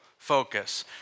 Focus